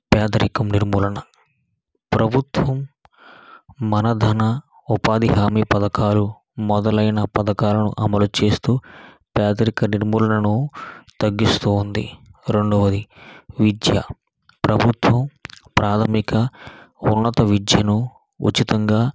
పేదరికం నిర్మూలన ప్రభుత్వం మన ధన ఉపాధి హామీ పథకాలు మొదలైన పథకాలను అమలు చేస్తు పేదరిక నిర్మూలనను తగ్గిస్తుంది రెండవది విద్య ప్రభుత్వం ప్రాథమిక ఉన్నత విద్యను ఉచితంగా